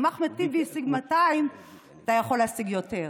אם אחמד טיבי השיג 200, אתה יכול להשיג יותר.